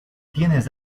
tienes